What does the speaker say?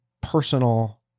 personal